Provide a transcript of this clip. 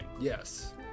Yes